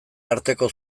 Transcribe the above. arteko